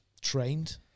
trained